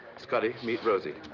scotty, meet rosie.